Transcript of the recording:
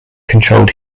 controlled